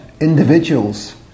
individuals